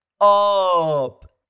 up